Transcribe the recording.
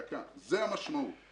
זו המשמעות.